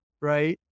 right